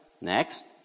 Next